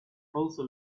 also